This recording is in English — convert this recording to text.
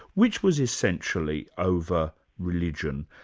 which was essentially over religion.